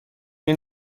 این